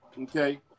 okay